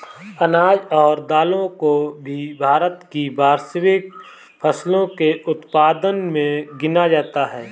अनाज और दालों को भी भारत की वार्षिक फसलों के उत्पादन मे गिना जाता है